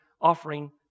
offering